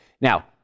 Now